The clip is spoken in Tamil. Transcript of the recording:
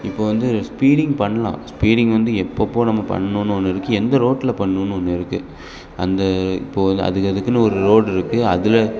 இப்போ வந்து ஸ்பீடிங் பண்ணலாம் ஸ்பீடிங் வந்து எப்போப்போ நம்ம பண்ணணுன்னு ஒன்று இருக்குது எந்த ரோட்டில் பண்ணணுன்னு ஒன்று இருக்குது அந்த இப்போது அதுக்கு அதுக்குன்னு ஒரு ரோடு இருக்குது அதில்